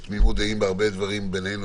יש תמימות דעים בהרבה דברים בינינו,